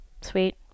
Sweet